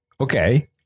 Okay